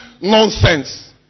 nonsense